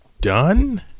done